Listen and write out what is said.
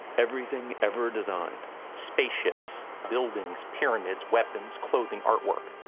everything ever designed spaceships, buildings, pyramids, weapons, clothing, artwork,